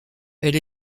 elle